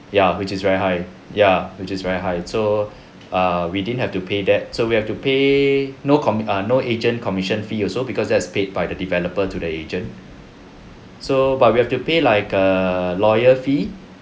ya which is very high ya which is very high so err we didn't have to pay that so we have to pay no commi~ err no agent commission fee also because that's paid by the developer to the agent so but we have to pay like err lawyer fee